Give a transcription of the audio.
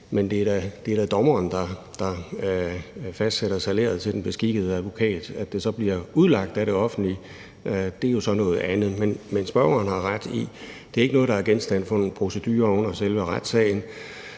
Men det er da dommeren, der fastsætter salæret til den beskikkede advokat. At det så bliver udlagt af det offentlige, er så noget andet. Men spørgeren har ret i, at det ikke er noget, der er genstand for en procedure under selve retssagen,